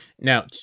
Now